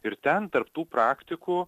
ir ten tarp tų praktikų